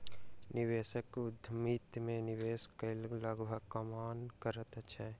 निवेशक उद्यमिता में निवेश कअ के लाभक कामना करैत अछि